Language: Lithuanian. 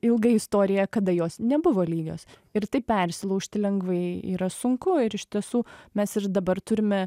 ilgą istoriją kada jos nebuvo lygios ir tai persilaužti lengvai yra sunku ir iš tiesų mes ir dabar turime